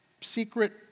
secret